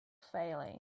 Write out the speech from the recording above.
failing